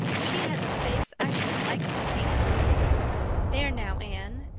she has a face i should like to paint there now, anne.